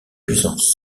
puissance